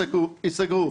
ייסגרו.